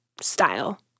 style